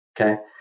okay